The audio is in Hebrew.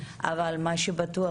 אבל מה שבטוח,